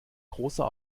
großer